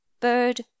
bird